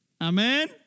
Amen